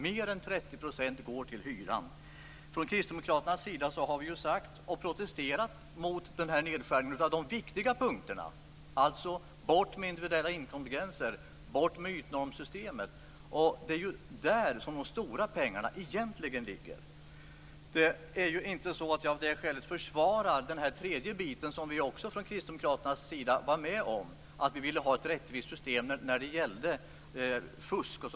Mer än 30 % av inkomsterna går till hyran. Kristdemokraterna har protesterat mot nedskärningen i de viktiga punkterna, dvs. bort med individuella inkomstgränser, bort med ytnormssystemet. Det är där som de stora pengarna ligger. Jag försvarar inte den tredje biten som vi kristdemokrater var med om, dvs. att ha ett rättvist system mot fusk.